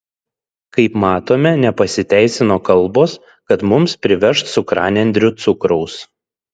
kaip matome nepasiteisino kalbos kad mums priveš cukranendrių cukraus